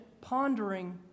pondering